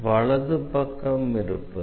வலது பக்கம் இருப்பது